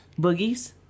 Boogies